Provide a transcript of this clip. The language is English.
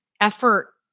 effort